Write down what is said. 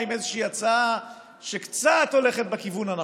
עם איזושהי הצעה שקצת הולכת בכיוון הנכון.